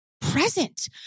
present